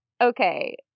Okay